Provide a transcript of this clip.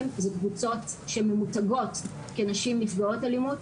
זה קבוצות שממותגות כנשים נפגעות אלימות,